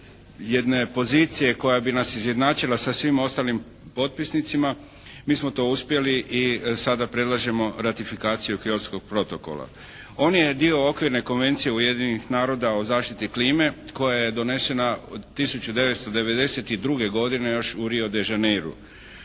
jedne pozicije koja bi nas izjednačila sa svim ostalim potpisnicima. Mi smo to uspjeli i sada predlažemo ratifikaciju Kyotskog protokola. On je dio Okvirne konvencije Ujedinjenih naroda o zaštiti klime koja je donesena 1992. godine još u Rio de Janeiru.